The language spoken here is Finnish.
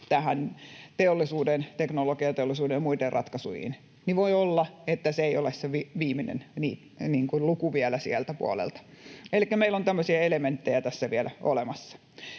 teknologiateollisuuden ja muiden, ratkaisuihin, niin voi olla, että se ei ole se viimeinen luku vielä sieltä puolelta. Elikkä meillä on tämmöisiä elementtejä tässä vielä olemassa.